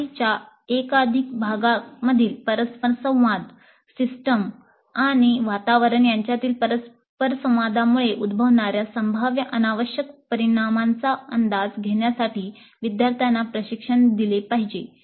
प्रणालीच्या एकाधिक भागांमधील परस्पर संवाद आणि सिस्टम आणि वातावरण यांच्यातील परस्परसंवादामुळे उद्भवणार्या संभाव्य अनावश्यक परिणामांचा अंदाज घेण्यासाठी विद्यार्थ्यांना प्रशिक्षण दिले पाहिजे